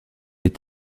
est